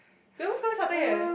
they always call me satay eh